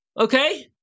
okay